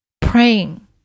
praying